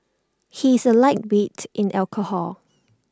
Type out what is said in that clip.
he is A lightweight in alcohol